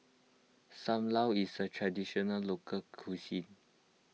Sam Lau is a Traditional Local Cuisine